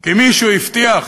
כי מישהו הבטיח